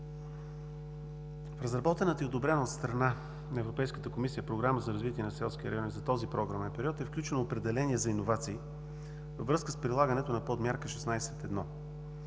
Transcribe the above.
В разработената и одобрена от страна на Европейската комисия „Програма за развитие на селските райони“ за този програмен период е включено определение за „иновации“, във връзка с прилагането на подмярка 16.1